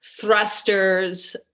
thrusters